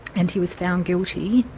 and he was found guilty,